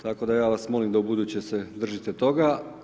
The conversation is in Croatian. Tako da ja vas molim da ubuduće se držite toga.